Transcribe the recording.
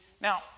Now